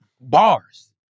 bars